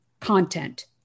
content